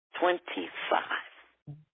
twenty-five